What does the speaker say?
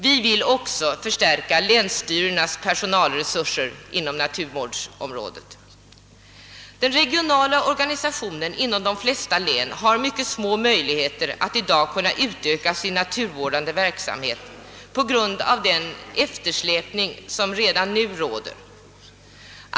Vi vill därtill förstärka länsstyrelsernas personalresurser inom naturvårdsområdet. Den regionala organisationen inom de flesta län har mycket små möjligheter att i dag utöka sin naturvårdande verksamhet på grund av den eftersläpning som redan nu råder.